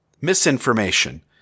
misinformation